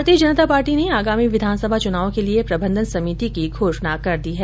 भारतीय जनता पार्टी ने आगामी विधानसभा च्रनाव के लिये प्रबंधन समिति की घोषणा की है